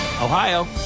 Ohio